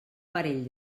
parell